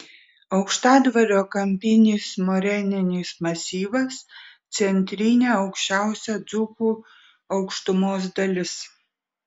aukštadvario kampinis moreninis masyvas centrinė aukščiausia dzūkų aukštumos dalis